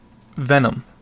Venom